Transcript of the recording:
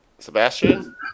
Sebastian